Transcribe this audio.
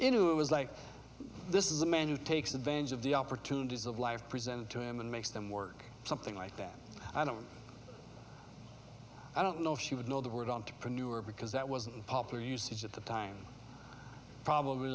who it was like this is a man who takes advantage of the opportunities of life presented to him and makes them work something like that i don't i don't know if she would know the word entrepreneur because that wasn't popular usage at the time probably